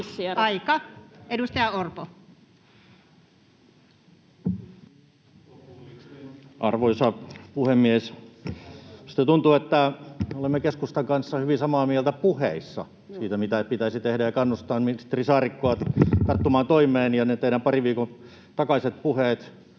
Time: 15:41 Content: Arvoisa puhemies! Minusta tuntuu, että olemme keskustan kanssa hyvin samaa mieltä puheissa siitä, mitä pitäisi tehdä, ja kannustan ministeri Saarikkoa tarttumaan toimeen. Ja ne teidän parin viikon takaiset puheenne